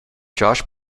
josh